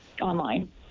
online